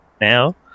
now